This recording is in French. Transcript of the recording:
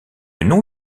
nom